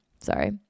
Sorry